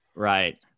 Right